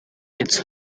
it’s